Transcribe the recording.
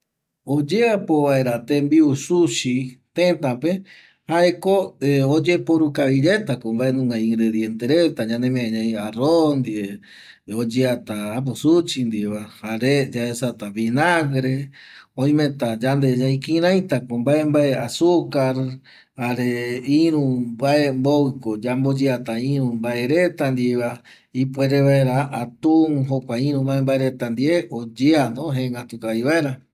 Oyeapo vaera tembiu sushi tëtape jaeko oyeporu kavi yaetako iruva mbae ingrediente reta ñanemiari ñai arroz ndie oyeata sushi ndieva jare yaesata vinagre oimeta yande ñai kuiraitako mbae mbae azucar jare iru mbae mbovƚko yamboyeata iru mbae reta ndieva ipuere vaera atun jokua iru mbae mbae reta ndie oyeano jengatu kavi vaera